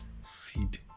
seed